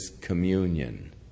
communion